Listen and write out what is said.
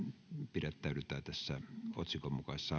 pidättäydytään tässä otsikon mukaisessa